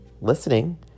listening